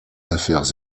affaires